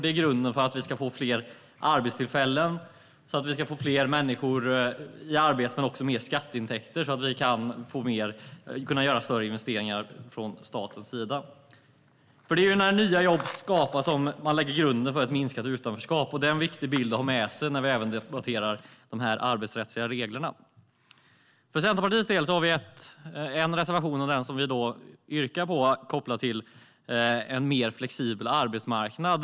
Det är grunden för att vi ska få fler arbetstillfällen, fler människor i arbete men också mer skatteintäkter så att vi kan göra större investeringar från statens sida. Det är när nya jobb skapas som man lägger grunden för ett minskat utanförskap. Det är en viktig bild att ha med sig även när vi debatterar de arbetsrättsliga reglerna. För Centerpartiets del har vi en reservation, som jag yrkade bifall till, om en mer flexibel arbetsmarknad.